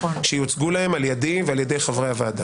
שיוצגו להם על ידי ועל ידי חברי הוועדה.